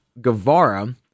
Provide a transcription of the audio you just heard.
Guevara